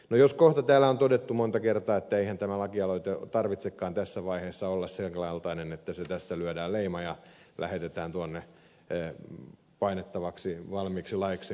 no täällä on todettu monta kertaa että eihän tämän lakialoitteen tarvitsekaan tässä vaiheessa olla sen kaltainen että siihen lyödään leima ja se lähetetään tuonne painettavaksi valmiiksi laiksi